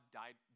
died